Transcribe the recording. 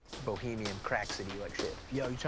bohemian cracksody like shit. yo, yeah